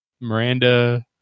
Miranda